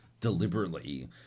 deliberately